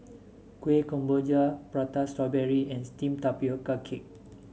Kueh Kemboja Prata Strawberry and steamed Tapioca Cake